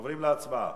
עוברים להצבעה.